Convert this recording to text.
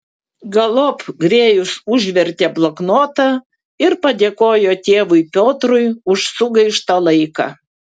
galop grėjus užvertė bloknotą ir padėkojo tėvui piotrui už sugaištą laiką